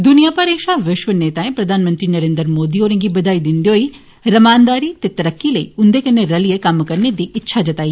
दुनिया भरै षा विष्व नेताएं प्रधानमंत्री नरेन्द्र मोदी होरें गी बधाई दिंदे होई रमानदारी ते तरक्की लेई उंदे कन्नै रलियै कम्म करने दी इच्छा जताई